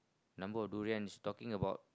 number of durians talking about